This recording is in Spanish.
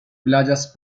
playas